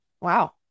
wow